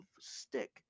stick